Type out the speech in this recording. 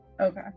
okay